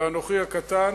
ואנוכי הקטן,